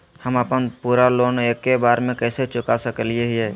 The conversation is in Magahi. हम अपन पूरा लोन एके बार में कैसे चुका सकई हियई?